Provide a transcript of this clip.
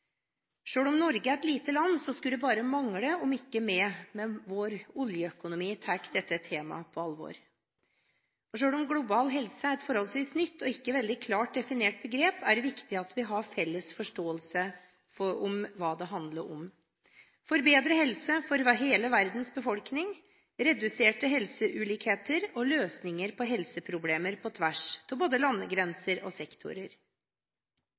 om Norge er et lite land, skulle det bare mangle at ikke vi med vår oljeøkonomi tar dette temaet på alvor. Selv om global helse er et forholdsvis nytt og ikke veldig klart definert begrep, er det viktig at vi har felles forståelse av hva det handler om: forbedret helse for hele verdens befolkning, reduserte helseulikheter og løsninger på helseproblemer på tvers av både landegrenser og sektorer,